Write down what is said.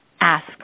ask